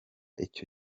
icyo